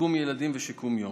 שיקום ילדים ושיקום יום.